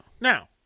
Now